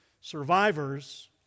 survivors